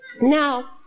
Now